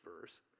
verse